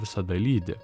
visada lydi